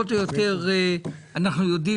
אני מארגון